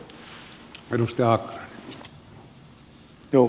arvoisa puhemies